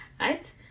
right